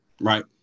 Right